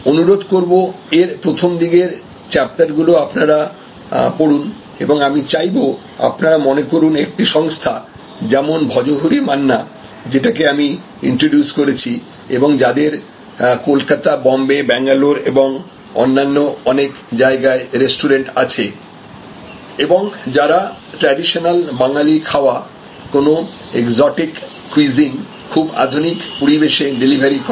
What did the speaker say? অনুরোধ করবো এর প্রথম দিকের চাপটার গুলো আপনারা পড়ুন এবং আমি চাইবো আপনারা মনে করুন একটি সংস্থা যেমন ভজহরি মান্না যেটাকে আমি ইন্ট্রোডিউস করেছি এবং যাদের কলকাতা বোম্বে ব্যাঙ্গালোর এবং অন্যান্য অনেক জায়গায় রেস্টুরেন্ট আছে এবং যারা ট্র্যাডিশনাল বাঙালি খাওয়া কোন এগজোটিক কুইজিন খুব আধুনিক পরিবেশে ডেলিভারি করে